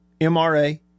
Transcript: MRA